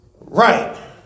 right